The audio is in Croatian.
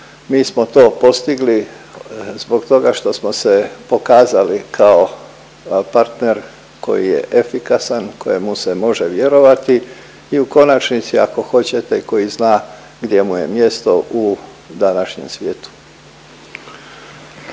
Mi smo to postigli zbog toga što smo se pokazali kao partner koji je efikasan, kojemu se može vjerovati i u konačnici ako hoćete i koji zna gdje mu je mjesto u današnjem svijetu.